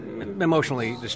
emotionally